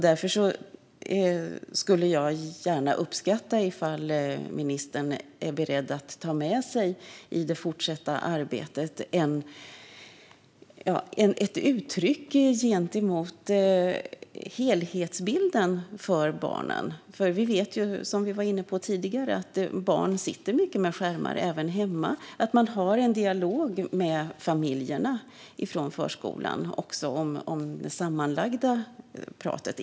Jag skulle uppskatta ifall ministern är beredd att i det fortsatta arbetet ta med sig ett uttryck gentemot helhetsbilden för barnen. Som vi var inne på tidigare vet vi att barn sitter mycket med skärmar även hemma. Förskolan kan ha en dialog med familjerna om den sammanlagda tiden.